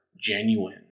genuine